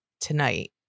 tonight